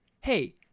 Hey